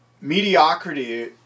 mediocrity